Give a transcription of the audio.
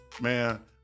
man